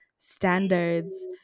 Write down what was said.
Standards